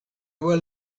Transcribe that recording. were